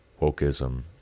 wokeism